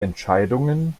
entscheidungen